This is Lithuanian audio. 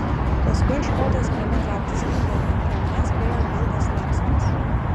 paskui škotas ėmė trauktis lengviau prie manęs priėjo vilkas larsenas